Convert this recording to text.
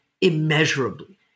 immeasurably